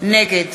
נגד